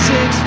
Six